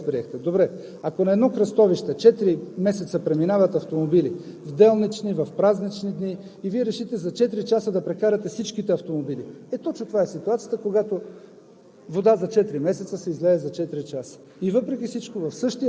ако се къпеш четири месеца в една баня, но се изкъпеш веднъж с всичката вода – не го възприехте. Добре, ако на едно кръстовище четири месеца преминават автомобили в делнични, в празнични дни и Вие решите за четири часа да прекарате всичките автомобили, точно това е ситуацията – когато